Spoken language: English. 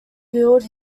build